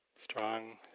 strong